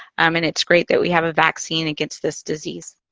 um and it's great that we have a vaccine against this disease.